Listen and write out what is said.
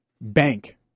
bank